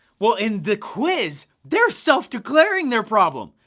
well in the quiz, they're self declaring their problem.